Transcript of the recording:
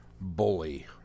bully